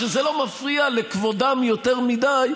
כשזה לא מפריע לכבודם יותר מדי,